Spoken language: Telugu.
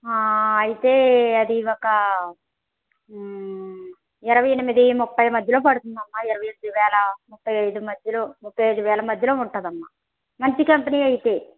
ఆ అయితే అది ఒక ఇరవై ఎనిమిది ముప్పై మధ్యలో పడుతుంది ఇరవై ఎనిమిది వేల ముప్పై ఐదు వేల మధ్యలో ఉంటుంది అమ్మా మంచి కంపెనీయే అయితే